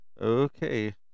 Okay